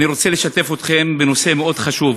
אני רוצה לשתף אתכם בנושא מאוד חשוב,